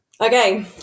Okay